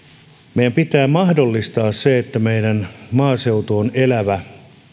meidän pitää mahdollistaa se että meidän maaseutumme on elävä